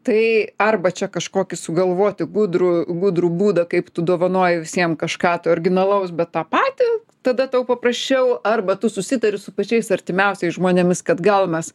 tai arba čia kažkokį sugalvoti gudrų gudrų būdą kaip tu dovanoji visiem kažką tai originalaus bet tą patį tada tau paprasčiau arba tu susitari su pačiais artimiausiais žmonėmis kad gal mes